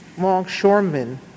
Longshoremen